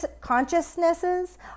consciousnesses